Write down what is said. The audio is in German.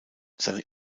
seine